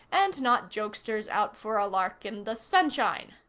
and not jokesters out for a lark in the sunshine.